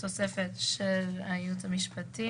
התגבש, לפי המוקדם,